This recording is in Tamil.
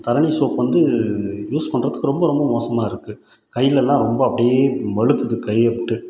தரணி சோப் வந்து யூஸ் பண்ணுறதுக்கு ரொம்ப ரொம்ப மோசமாக இருக்குது கையிலலாம் ரொம்ப அப்படே வழுக்குது கையை விட்டு